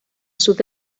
sud